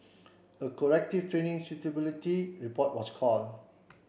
a corrective training suitability report was called